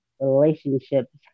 relationships